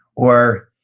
or,